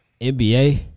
NBA